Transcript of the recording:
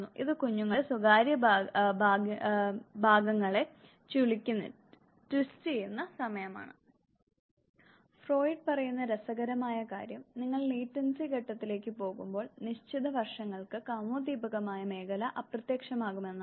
ഇത് കുഞ്ഞുങ്ങൾ സ്വകാര്യ ഭാഗങ്ങളെ ചുളിയ്ക്കുന്ന സമയമാണ് ഫ്രോയിഡ് പറയുന്ന രസകരമായ കാര്യം നിങ്ങൾ ലേറ്റൻസി ഘട്ടത്തിലേക്ക് പോകുമ്പോൾ നിശ്ചിത വർഷങ്ങൾക്ക് കാമോദ്ദീപകമായ മേഖല അപ്രത്യക്ഷമാകുമെന്നാണ്